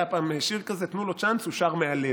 היה פעם שיר כזה: "תתנו לו צ'אנס, הוא שר מהלב".